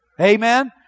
Amen